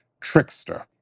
trickster